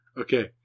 Okay